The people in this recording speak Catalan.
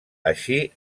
així